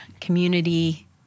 community